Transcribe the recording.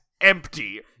empty